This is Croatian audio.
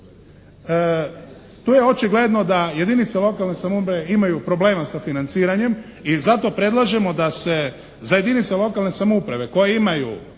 Tu je očigledno da jedinice lokalne samouprave imaju problema sa financiranjem i zato predlažemo da se za jedinice lokalne samouprave koje imaju